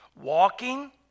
walking